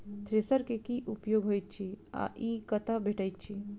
Thresher केँ की उपयोग होइत अछि आ ई कतह भेटइत अछि?